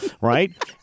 right